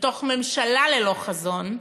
בתוך ממשלה ללא חזון,